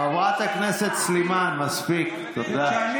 כשאני